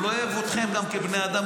הוא לא אוהב אתכם גם כבני אדם.